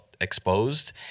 exposed